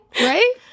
Right